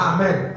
Amen